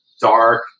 dark